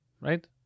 right